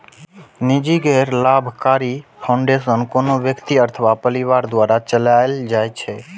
निजी गैर लाभकारी फाउंडेशन कोनो व्यक्ति अथवा परिवार द्वारा चलाएल जाइ छै